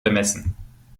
bemessen